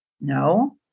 No